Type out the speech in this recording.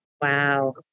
Wow